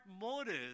motive